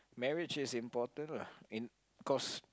marriage is important lah in cause